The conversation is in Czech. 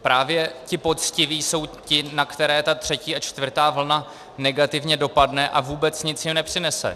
Právě ti poctiví jsou ti, na které ta třetí a čtvrtá vlna negativně dopadne a vůbec nic jim nepřinese.